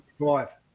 Five